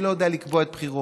אני לא יודע לקבוע בחירות,